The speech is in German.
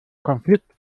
konflikt